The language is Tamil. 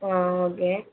ஆ ஓகே